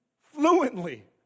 fluently